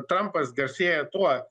trampas garsėja tuo